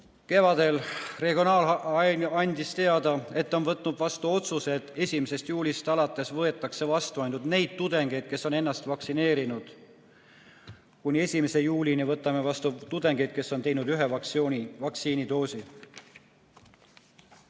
Kevadel andis regionaalhaigla teada, et on võtnud vastu otsuse, et 1. juulist alates võetakse vastu ainult neid tudengeid, kes on ennast vaktsineerinud. Kuni 1. juulini võtame vastu tudengeid, kes on teinud ühe vaktsiinidoosi.